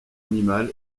animale